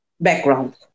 background